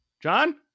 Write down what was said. John